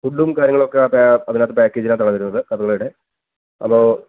ഫുഡും കാര്യങ്ങളും ഒക്കെ ആ അതിനകത്ത് പേക്കേജിനകത്താണ് വരുന്നത് കഥകളിയുടെ അപ്പോൾ